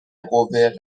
قوه